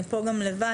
אני פה גם לבד,